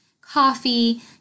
coffee